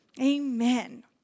Amen